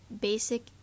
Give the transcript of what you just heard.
basic